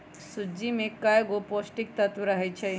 सूज्ज़ी में कएगो पौष्टिक तत्त्व रहै छइ